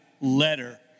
letter